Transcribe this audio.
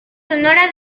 sonora